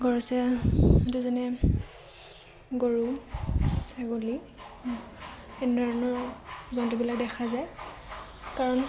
ঘৰচীয়াটো যেনে গৰু ছাগলী এনেধৰণৰ জন্তুবিলাক দেখা যায় কাৰণ